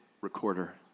recorder